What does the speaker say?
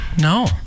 No